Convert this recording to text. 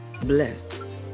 blessed